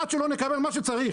עד שלא נקבל מה שצריך.